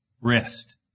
rest